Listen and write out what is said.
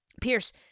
Pierce